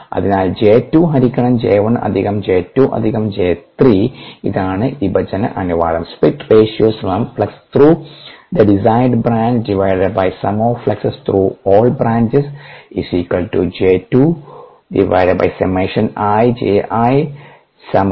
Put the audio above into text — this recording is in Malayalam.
അതിനാൽJ2 ഹരിക്കണം J1 അധികം J2 അധികം J3 ഇതാണ് വിഭജന അനുപാതം